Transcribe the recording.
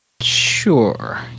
Sure